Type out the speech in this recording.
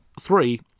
three